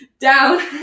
down